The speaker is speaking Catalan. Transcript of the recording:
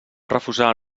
refusar